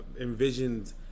envisioned